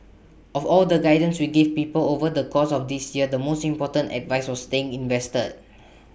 of all the guidance we gave people over the course of this year the most important advice was staying invested